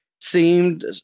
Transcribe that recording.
seemed